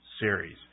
series